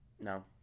No